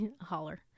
holler